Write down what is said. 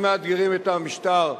שמאתגרים את המשטר הפרו-מערבי,